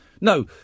No